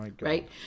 Right